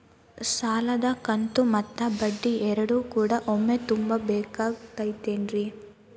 ಸಾಲದ ಕಂತು ಮತ್ತ ಬಡ್ಡಿ ಎರಡು ಕೂಡ ಒಮ್ಮೆ ತುಂಬ ಬೇಕಾಗ್ ತೈತೇನ್ರಿ?